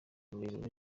rurerure